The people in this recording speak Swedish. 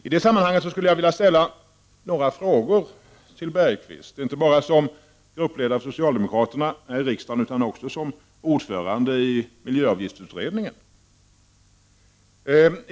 I det sammanhanget skulle jag vilja ställa några frågor till Jan Bergqvist, inte bara som gruppledare för socialdemokraterna i riksdagen utan också som ordförande i miljöavgiftsutredningen.